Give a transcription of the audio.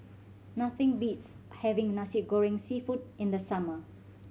nothing beats having Nasi Goreng Seafood in the summer